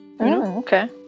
okay